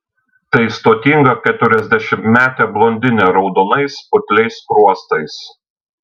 tai stotinga keturiasdešimtmetė blondinė raudonais putliais skruostais